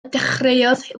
dechreuodd